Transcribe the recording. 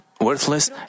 worthless